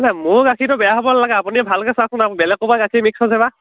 নাই মোৰ গাখীৰটো বেয়া হ'ব নালাগে আপুনি ভালকৈঐ আপুনি বেলেগ ক'ৰবাৰ গাখীৰ মিক্স হৈছেবা